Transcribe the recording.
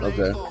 Okay